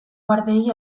guardiei